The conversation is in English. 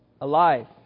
alive